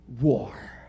war